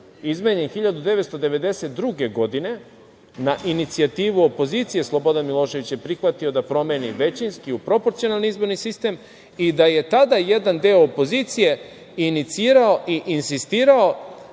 izmenjen 1992. godine, na inicijativu opozicije. Tada je Slobodan Milošević prihvatio da promeni većinski u proporcionalni izborni sistem i tada je jedan deo opozicije inicirao i insistirao